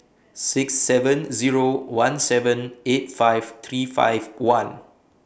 six seven Zero one seven eight five three five one